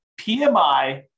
PMI